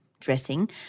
dressing